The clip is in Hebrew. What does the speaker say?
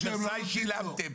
בוורסאי שילמתם.